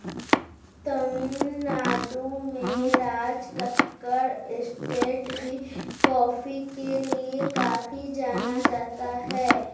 तमिल नाडु में राजकक्कड़ एस्टेट भी कॉफी के लिए काफी जाना जाता है